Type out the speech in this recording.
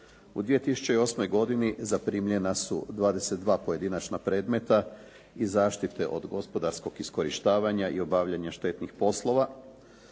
U 2008. godini zaprimljena su 22 pojedinačna predmeta iz zaštite od gospodarskog iskorištavanja i obavljanja štetnih poslova.